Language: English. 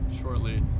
shortly